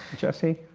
jesse?